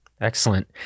Excellent